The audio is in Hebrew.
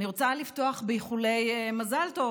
אני רוצה לפתוח באיחולי מזל טוב.